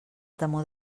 temor